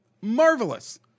Marvelous